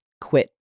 quit